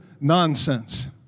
nonsense